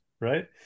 right